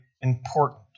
important